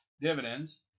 dividends